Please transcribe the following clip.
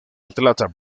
atlanta